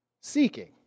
Seeking